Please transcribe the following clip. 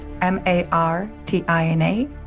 M-A-R-T-I-N-A